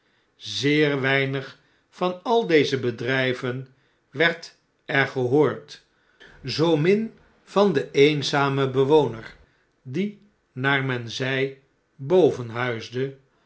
zeer weinig van al deze bedrjjven werd er gehoord zoomin van den eenzamen bewoner die naar men zei